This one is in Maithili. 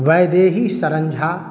वैदेही शरण झा